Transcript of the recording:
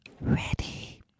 ready